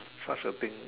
such a thing